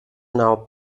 now